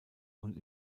und